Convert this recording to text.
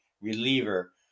reliever